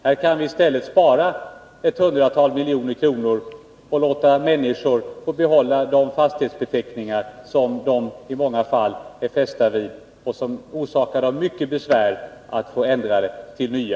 Här kan vi i stället spara hundratals miljoner och låta människor behålla de fastighetsbeteckningar som de i många fall är fästa vid och som det orsakar dem mycket besvär att få ändrade till nya.